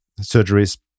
surgeries